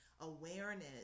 awareness